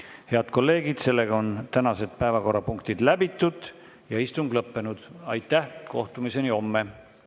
Head kolleegid! Tänased päevakorrapunktid on läbitud ja istung lõppenud. Aitäh! Kohtumiseni homme!